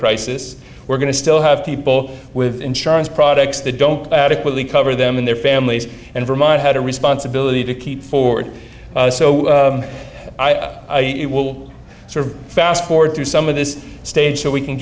crisis we're going to still have people with insurance products that don't adequately cover them and their families and vermont had a responsibility to keep forward so it will sort of fast forward through some of this stage so we can